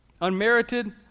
unmerited